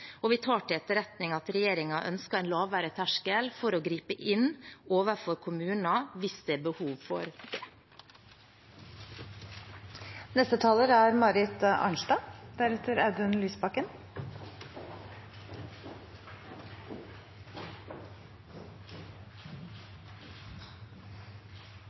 Og vi tar til etterretning at regjeringen ønsker en lavere terskel for å gripe inn overfor kommuner hvis det er behov for